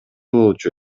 болчу